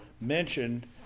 mentioned